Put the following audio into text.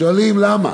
שואלים: למה?